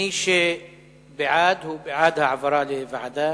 מי שבעד, הוא בעד העברה לוועדה.